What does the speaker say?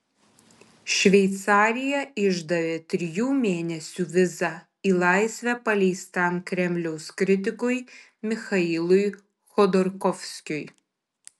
šveicarija išdavė trijų mėnesių vizą į laisvę paleistam kremliaus kritikui michailui chodorkovskiui